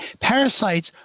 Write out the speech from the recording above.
Parasites